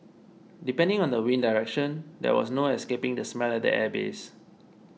depending on the wind direction there was no escaping the smell at the airbase